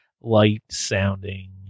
Light-sounding